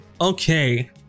Okay